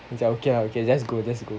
macam okay ah can just go just go